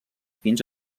fins